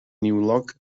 niwlog